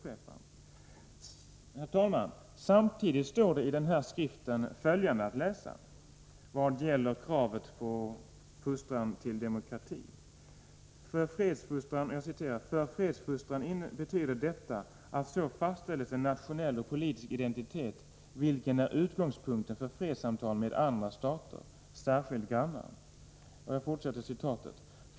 Vidare står det i den här skriften i vad gäller kravet på fostran till demokrati: ”För fredsfostran betyder detta att så fastställes en nationell och politisk identitet vilken är utgångspunkten för fredssamtal med andra stater, särskilt grannar.